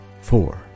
four